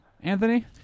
Anthony